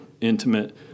intimate